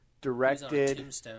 directed